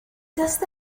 that